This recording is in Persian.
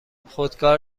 خودکار